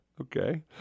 Okay